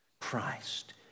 Christ